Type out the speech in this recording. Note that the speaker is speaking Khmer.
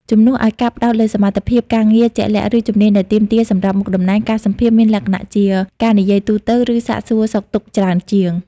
ជំនួសឲ្យការផ្តោតទៅលើសមត្ថភាពការងារជាក់លាក់ ឬជំនាញដែលទាមទារសម្រាប់មុខតំណែង ការសម្ភាសន៍មានលក្ខណៈជាការនិយាយទូទៅ ឬសាកសួរសុខទុក្ខច្រើនជាង។